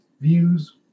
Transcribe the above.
views